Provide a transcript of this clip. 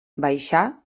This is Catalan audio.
baixar